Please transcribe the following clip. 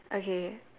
okay